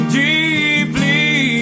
deeply